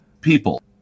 people